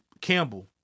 Campbell